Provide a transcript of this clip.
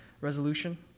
resolution